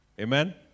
Amen